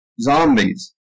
zombies